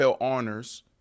honors